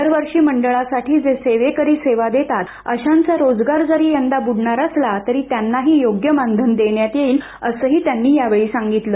दरवर्षी मंडळासाठी जे सेवेकरी सेवा देतात अशांचा रोजगार जरी यंदा बुडणार असला तरी त्यांनाही योग्य मानधन देण्यात येणार असल्याचं बालन यांनी यावेळी सांगितलं